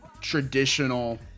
traditional